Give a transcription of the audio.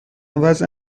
وضع